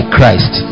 Christ